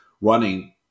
running